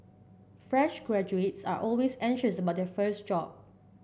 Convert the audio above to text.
fresh graduates are always anxious about their first job